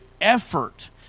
effort